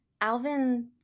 Alvin